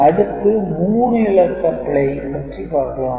அடுத்து 3 இலக்கப் பிழை பற்றி பார்க்கலாம்